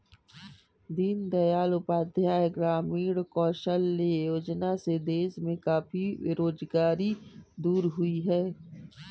दीन दयाल उपाध्याय ग्रामीण कौशल्य योजना से देश में काफी बेरोजगारी दूर हुई है